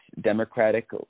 Democratic